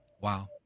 Wow